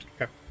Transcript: Okay